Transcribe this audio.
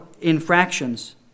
infractions